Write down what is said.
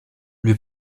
lui